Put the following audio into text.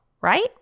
right